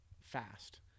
fast